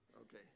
Okay